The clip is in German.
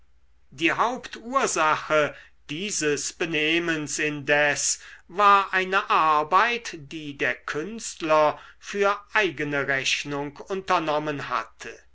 die hauptursache dieses benehmens indes war eine arbeit die der künstler für eigene rechnung unternommen hatte